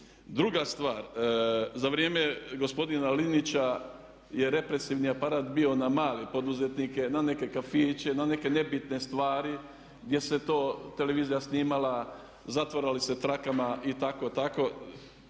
Druga stvar, za vrijeme gospodina Linića je represivni aparat bio na male poduzetnike, na neke kafiće, na neke nebitne stvari, gdje se to televizija snimala, zatvarali se trakama i tako-tako,